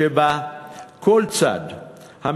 שבה כל הצדדים,